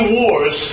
wars